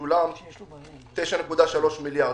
שולם 9.3 מיליארד,